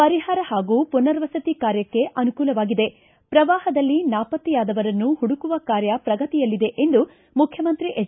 ಪರಿಹಾರ ಹಾಗೂ ಪುನರ್ವಸತಿ ಕಾರ್ಯಕ್ಕೆ ಅನುಕೂಲವಾಗಿದೆ ಪ್ರವಾಹದಲ್ಲಿ ನಾಪತ್ತೆಯಾದವರನ್ನು ಹುಡುಕುವ ಕಾರ್ಯ ಪ್ರಗತಿಯಲ್ಲಿದೆ ಎಂದು ಮುಖ್ಯಮಂತ್ರಿ ಎಚ್